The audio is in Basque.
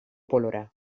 polora